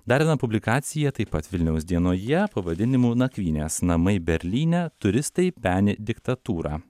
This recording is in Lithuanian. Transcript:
dar viena publikacija taip pat vilniaus dienoje pavadinimu nakvynės namai berlyne turistai peni diktatūrą